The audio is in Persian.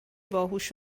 باهوش